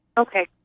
Okay